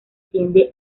tiende